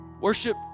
Worship